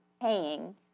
paying